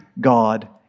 God